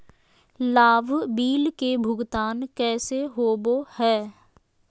लाभ बिल के भुगतान कैसे होबो हैं?